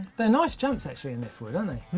they're nice jumps actually in this wood. aren't they?